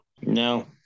No